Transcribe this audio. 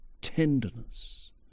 tenderness